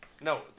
No